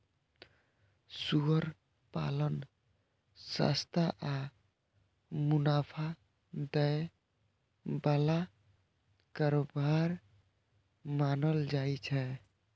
सुअर पालन सस्ता आ मुनाफा दै बला कारोबार मानल जाइ छै